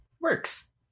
works